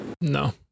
No